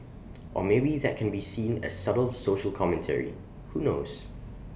or maybe that can be seen as subtle social commentary who knows